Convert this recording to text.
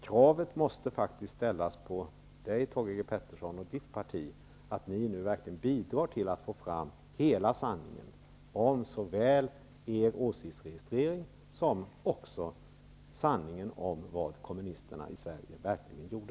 Kravet måste faktiskt ställas på Thage G. Peterson och hans parti att man verkligen bidrar till att hela sanningen kommer fram såväl om sin åsiktsregistrering som om vad det var kommunisterna i Sverige verkligen gjorde.